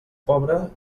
pobre